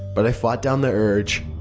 but i fought down the urge.